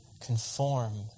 conform